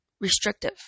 restrictive